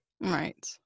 Right